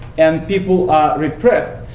and people repressed,